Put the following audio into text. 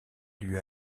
lui